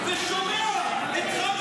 שר הביטחון יושב במליאה ושומע את חנוך